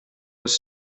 was